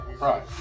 Right